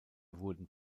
wurden